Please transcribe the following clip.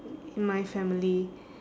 in my family